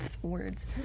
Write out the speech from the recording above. words